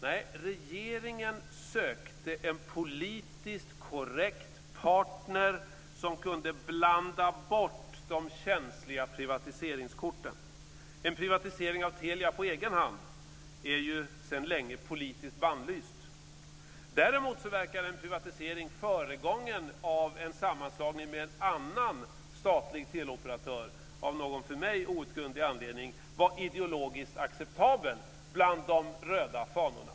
Nej, regeringen sökte en politiskt korrekt partner som kunde blanda bort de känsliga privatiseringskorten. En privatisering av Telia på egen hand är ju sedan länge politiskt bannlyst. Däremot verkar en privatisering föregången av en sammanslagning med en annan statlig teleoperatör av någon för mig outgrundlig anledning ideologiskt acceptabel bland de röda fanorna.